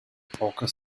poker